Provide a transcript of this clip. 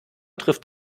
trifft